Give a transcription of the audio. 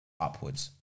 upwards